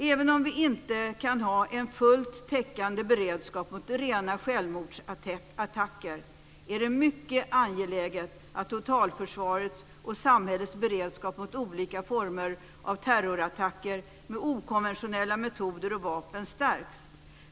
Även om vi inte kan ha en fullt täckande beredskap mot rena självmordsattacker, är det mycket angeläget att totalförsvarets och samhällets beredskap mot olika former av terrorattacker med okonventionella metoder och vapen stärks.